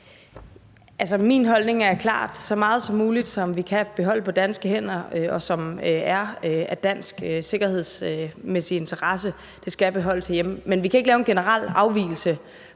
min holdning er klar: Så meget som muligt, vi kan beholde på danske hænder, og som er af dansk sikkerhedsmæssig interesse, skal beholdes herhjemme. Men vi kan ikke lave en generel afvigelse